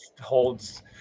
holds